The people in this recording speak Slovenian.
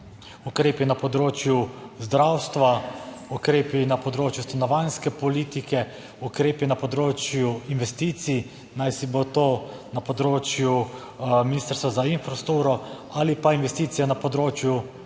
ukrepi na področju zdravstva, ukrepi na področju stanovanjske politike, ukrepi na področju investicij, naj si bo to na področju Ministrstva za infrastrukturo ali pa investicije na področju,